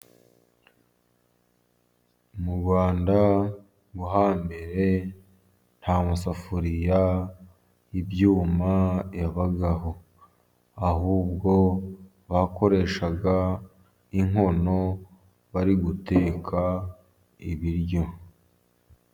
Mu Rwanda rwo hambere nta musafuriya y'ibyuma yabagaho, ahubwo bakoreshaga inkono bari guteka ibiryo.